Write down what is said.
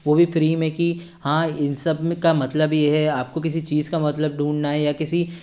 वह भी फ़्री में की हाँ इन सब में का मतलब यह है आपको किसी चीज़ का मतलब ढूँढना है या किसी